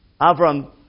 Avram